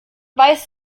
weiß